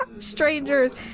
strangers